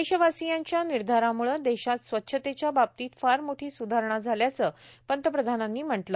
देशवासियांच्या निर्धारामुळे देशात स्वच्छतेच्या बाबतीत फार मोठी सुधारणा झाल्याचं पंतप्रधानांनी म्हटलं